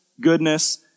goodness